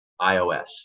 iOS